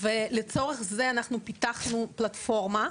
לצורך זה פיתחנו פלטפורמה,